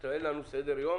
או שאין לנו סדר-יום